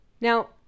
Now